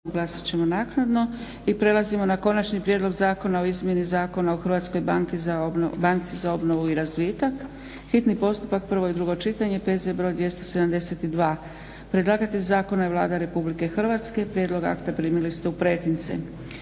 Dragica (SDP)** I prelazimo na - Konačni prijedlog zakona o izmjeni Zakona o Hrvatskoj banci za obnovu i razvitak, hitni postupak, prvo i drugo čitanje, PZ br. 272 Predlagatelj zakona je Vlada Republike Hrvatske. Prijedlog akta primili ste u pretince.